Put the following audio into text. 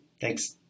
thanks